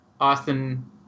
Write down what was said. Austin